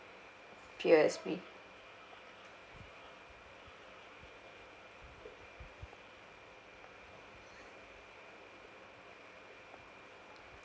P_O_S_B